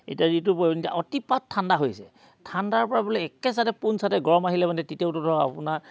এতিয়া ঋতু পৰিৱৰ্তনত অতিপাত ঠাণ্ডা হৈছে ঠাণ্ডাৰ পৰা বোলে একেচাতে পোনচাতে গৰম আহিলে মানে তেতিয়াওতো ধৰক আপোনাৰ